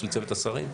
של צוות השרים,